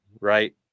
right